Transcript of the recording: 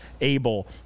able